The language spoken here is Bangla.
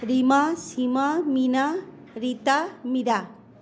রিমা সীমা মিনা রীতা মীরা